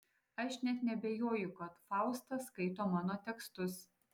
aš net neabejoju kad fausta skaito mano tekstus